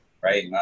right